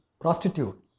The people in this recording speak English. prostitute